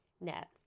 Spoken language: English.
net